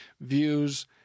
views